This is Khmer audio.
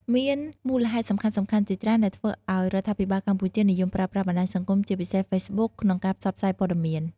មានមូលហេតុសំខាន់ៗជាច្រើនដែលធ្វើឱ្យរដ្ឋាភិបាលកម្ពុជានិយមប្រើប្រាស់បណ្ដាញសង្គម ជាពិសេស Facebook ក្នុងការផ្សព្វផ្សាយព័ត៌មាន។